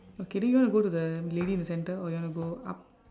okay then you wanna go to the lady in the center or you wanna go up